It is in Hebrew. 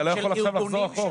אתה לא יכול עכשיו לחזור אחורה.